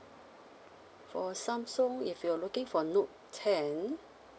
for samsung if you're looking for note ten